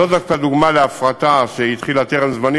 זאת דווקא דוגמה להפרטה שהתחילה טרם זמני,